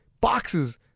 boxes